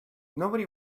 nobody